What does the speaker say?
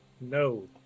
No